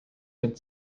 good